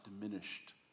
diminished